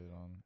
on